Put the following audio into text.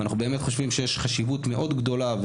אנחנו באמת חושבים שיש חשיבות מאוד גדולה,